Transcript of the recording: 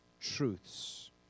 truths